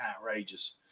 outrageous